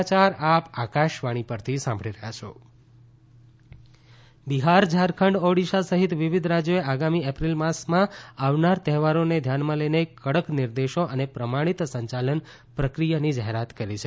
રાજય ઉત્સવો બિહાર ઝારખંડ ઓડીશા સહિત વિવીધ રાજ્યોએ આગામી એપ્રિલ માસમાં આવનાર તહેવારોને ધ્યાનમાં લઇને કડક નિર્દેશો અને પ્રમાણીત સંયાલન પ્રકિયાની જાહેરાત કરી છે